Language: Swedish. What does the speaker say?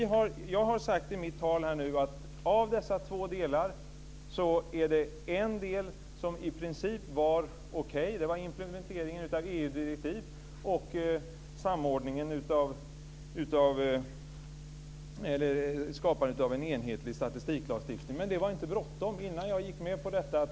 Jag sade i mitt tal att av dessa två delar är det en del som i princip är okej. Det är implementeringen av EU-direktivet och skapandet av en enhetlig statistiklagstiftning, men det var inte bråttom.